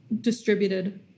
distributed